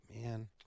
man